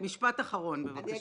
משפט אחרון, בבקשה.